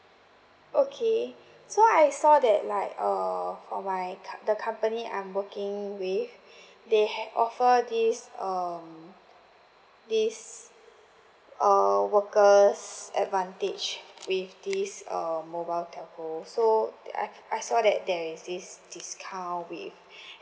okay so I saw that like uh for my ca~ the company I'm working with they ha~ offer this um this err worker's advantage with this um mobile telco so that I I saw that there is this discount with